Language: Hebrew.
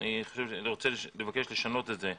אני רוצה לבקש לשנות את זה,